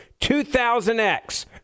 2000X